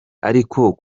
ariko